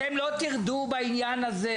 אתם לא תרדו בעניין הזה.